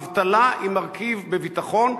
אבטלה היא מרכיב בביטחון.